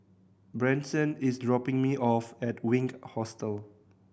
Branson is dropping me off at Wink Hostel